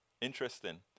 Interesting